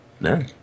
No